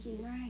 Right